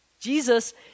Jesus